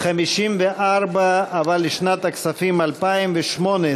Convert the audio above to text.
סעיף 54, אבל לשנת הכספים 2018,